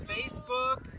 Facebook